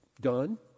done